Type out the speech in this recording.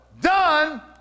Done